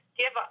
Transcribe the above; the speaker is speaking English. give